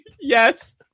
Yes